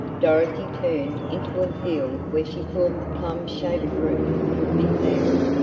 dorothy turned into a field where she thought the plum-shaped fruit would be found.